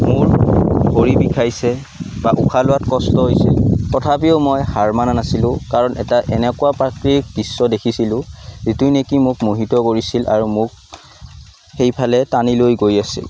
মোৰ ভৰি বিষাইছে বা উশাহ লোৱাত কষ্ট হৈছে তথাপিও মই হাৰ মনা নাছিলোঁ কাৰণ এটা এনেকুৱা প্ৰাকৃতিক দৃশ্য দেখিছিলোঁ যিটোই নেকি মোক মোহিত কৰিছিল আৰু মোক সেইফালে টানি লৈ গৈ আছিল